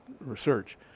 research